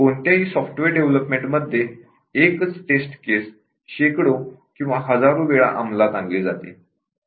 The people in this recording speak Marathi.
कोणत्याही सॉफ्टवेअर डेव्हलपमेंट मध्ये एकच टेस्ट केस शेकडो किंवा हजारो वेळा अंमलात आणली जाते